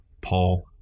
Paul